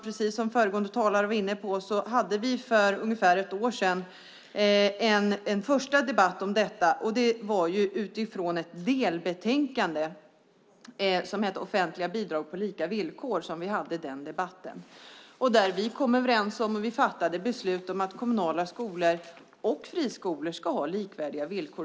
Precis som föregående talare var inne på hade vi för ungefär ett år sedan en första debatt om detta utifrån ett delbetänkande som hette Offentliga bidrag på lika villkor . Vi kom överens om och fattade beslut om att kommunala skolor och friskolor ska ha likvärdiga villkor.